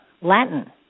Latin